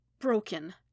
broken